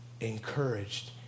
Encouraged